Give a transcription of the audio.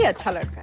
yeah telling